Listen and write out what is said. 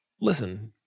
listen